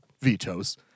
vetoes